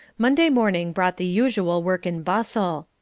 monday morning brought the usual work and bustle,